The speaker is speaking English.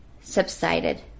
subsided